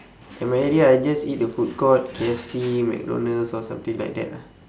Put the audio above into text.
at my area I just eat the food court K_F_C mcdonald's or something like that ah